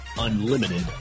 Unlimited